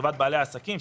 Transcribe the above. לטובת בעלי העסקים.